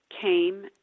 came